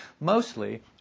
mostly